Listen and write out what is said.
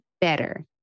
better